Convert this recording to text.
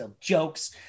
jokes